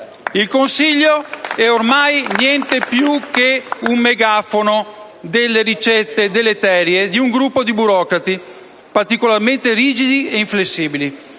Il Consiglio è ormai niente più che un megafono delle ricette deleterie di un gruppo di burocrati, particolarmente rigidi e inflessibili